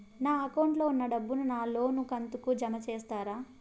నా అకౌంట్ లో ఉన్న డబ్బును నా లోను కంతు కు జామ చేస్తారా?